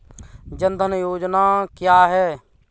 जनधन योजना क्या है?